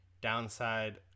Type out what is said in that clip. downside